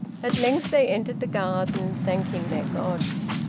at length they entered the garden, thanking their gods.